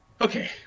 okay